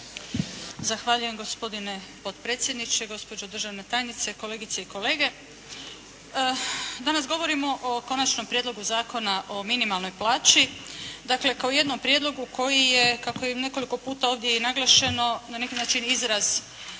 Zahvaljujem gospodine potpredsjedniče, gospođo državna tajnice, kolegice i kolege. Danas govorimo o Konačnom prijedlogu zakona o minimalnoj plaći dakle kao o jednom prijedlogu koji je kako je i nekoliko puta ovdje i naglašeno na neki način izraz